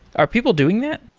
are people doing that?